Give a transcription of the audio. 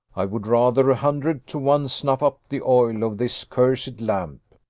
i would rather a hundred to one snuff up the oil of this cursed lamp.